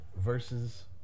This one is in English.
versus